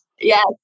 Yes